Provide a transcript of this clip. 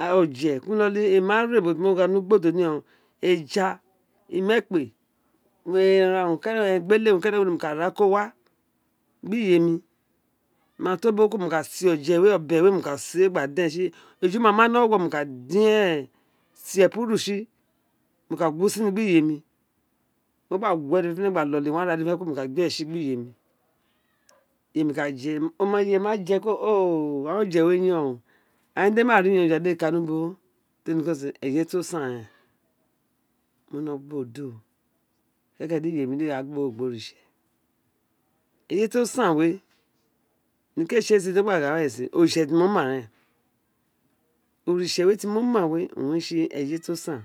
a ra o le kun ilolo mo ma re ubo temí gha ní ugbóródo ni yon ime̠kpe mo ra urun kẹnẹkuta gba ra ko wa gbi iyemi mo ma to ubo we ọbẹ mo ka se gba dẹ ni esi eju ma ma ni ọwọwọ mo ka din éè ẹpuru tsi mo ka gun usin ní gba mu gbí iyemí mo mi dà gu we dede gba du gu we ara ro fénèfénè gba da gu we ara ro fénèfénè iyemi ka jé o ka gin áà oje we yọn ó áa diremí ma ri yon juwére di emí ikan yayin teri ni ko sin ẹye tí o san rén mo nó bo do keke dí iyemí dí a ra gbi osighonro gbí oritse ẹye ti o saan we ni ke tse sin togba gha wẹrẹ sin oritse we ti mo ma we owun re tsi eye tí o saan wun o